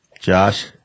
Josh